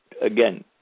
Again